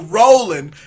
rolling